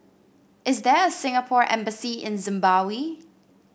is there a Singapore Embassy in Zimbabwe